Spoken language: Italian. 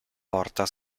porta